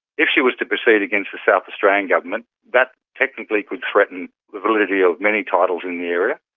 if she was to proceed against the south australian government, that technically could threaten the validity of many titles in the area.